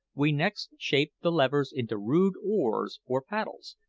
we next shaped the levers into rude oars or paddles,